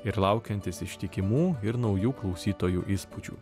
ir laukiantis ištikimų ir naujų klausytojų įspūdžių